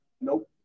Nope